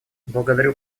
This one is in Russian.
благодарю